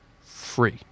free